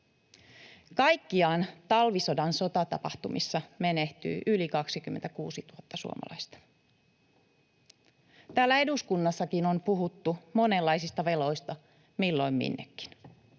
Kaikkiaan talvisodan sotatapahtumissa menehtyi yli 26 000 suomalaista. Täällä eduskunnassakin on puhuttu monenlaisista veloista milloin minnekin.